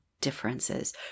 differences